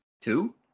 Two